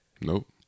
Nope